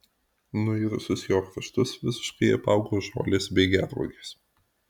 nuirusius jo kraštus visiškai apaugo žolės bei gervuogės